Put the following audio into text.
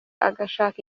agashaka